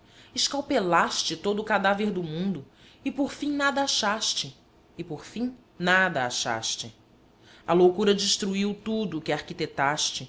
meditabundo escalpelaste todo o cadáver do mundo e por fim nada achaste e por fim nada achaste a loucura destruiu tudo que arquitetaste